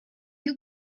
you